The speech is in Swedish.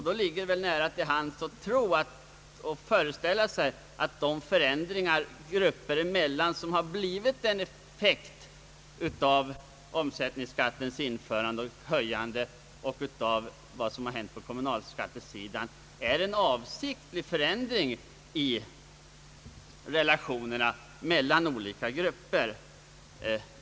Då ligger det nära till hands att föreställa sig att de förändringar grupper emellan som: blivit en effekt av omsättningsskattens införande och höjande och av vad som hänt på kommunalskattesidan är en avsiktlig förändring i relationerna mellan olika grupper.